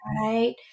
Right